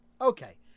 Okay